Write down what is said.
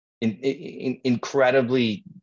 incredibly